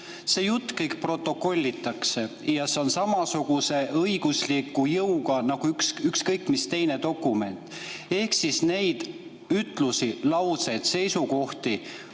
See jutt kõik protokollitakse ja see on samasuguse õigusliku jõuga nagu ükskõik mis teine dokument. Ehk neid ütlusi, lauseid, seisukohti